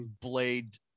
blade